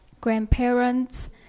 grandparents